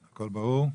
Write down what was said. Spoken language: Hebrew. הכול ברור?